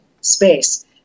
space